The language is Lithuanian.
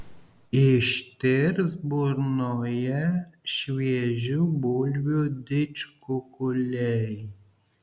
ištirps burnoje šviežių bulvių didžkukuliai